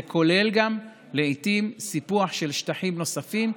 זה כולל לעיתים גם סיפוח של שטחים נוספים,